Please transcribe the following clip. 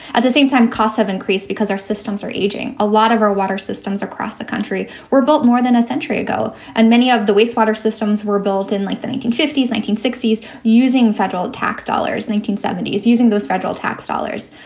at the same time, costs have increased because our systems are aging. a lot of our water systems across the country were built more than a century ago and many of the wastewater systems were built in like the nineteen fifty s nineteen sixty s using federal tax dollars nineteen seventy s using those federal tax dollars.